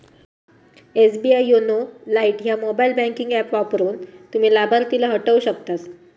SBI YONO lite ह्या mobile banking app वापरून, तुम्ही लाभार्थीला हटवू शकतास